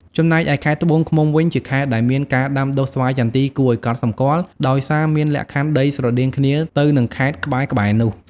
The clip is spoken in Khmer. ចំណែកឯខេត្តត្បូងឃ្មុំវិញ ជាខេត្តដែលមានការដាំដុះស្វាយចន្ទីគួរឱ្យកត់សម្គាល់ ដោយសារមានលក្ខខណ្ឌដីស្រដៀងគ្នាទៅនឹងខេត្តក្បែរៗនោះ។